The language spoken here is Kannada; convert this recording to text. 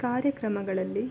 ಕಾರ್ಯಕ್ರಮಗಳಲ್ಲಿ